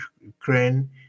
Ukraine